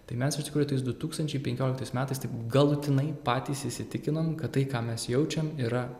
tai mes iš tikrųjų tais du tūkstančiai penkioliktais metais taip galutinai patys įsitikinom kad tai ką mes jaučiam yra